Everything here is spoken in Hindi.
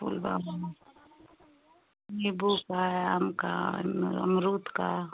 फूल बा नींबू का आम का अमरूद का